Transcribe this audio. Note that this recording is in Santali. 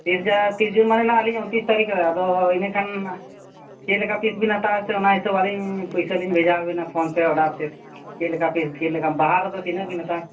ᱛᱤᱥ ᱡᱟ ᱛᱤᱨᱤᱥ ᱡᱩᱱ ᱢᱟᱱᱮ ᱦᱟᱸᱜ ᱟᱹᱞᱤᱧ ᱚᱱᱛᱨᱤᱥ ᱛᱟᱨᱤᱠᱷ ᱨᱮ ᱟᱫᱚ ᱤᱱᱟᱹᱠᱷᱟᱱ ᱪᱮᱫ ᱞᱮᱠᱟ ᱯᱤᱥ ᱵᱮᱱ ᱦᱟᱛᱟᱣᱟ ᱥᱮ ᱚᱱᱟ ᱦᱤᱥᱟᱹᱵ ᱟᱹᱞᱤᱧ ᱯᱩᱭᱥᱟᱹᱞᱤᱧ ᱵᱷᱮᱡᱟ ᱟᱵᱮᱱᱟ ᱯᱷᱳᱱᱯᱮ ᱳᱰᱟᱨ ᱛᱮ ᱪᱮᱫ ᱞᱮᱠᱟ ᱯᱤᱥ ᱪᱮᱫ ᱞᱮᱠᱟ ᱵᱟᱦᱟ ᱨᱮᱫᱚ ᱛᱤᱱᱟᱹᱜ ᱵᱮᱱ ᱦᱟᱛᱟᱣᱟ